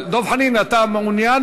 אבל דב חנין, אתה מעוניין?